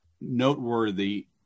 noteworthy